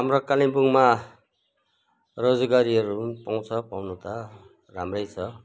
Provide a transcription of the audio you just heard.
हाम्रो कालिम्पोङमा रोजगारीहरू पनि पाउँछ पाउनु त राम्रै छ